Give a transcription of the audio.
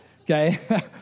Okay